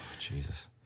Jesus